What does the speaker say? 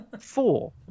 Four